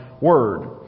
word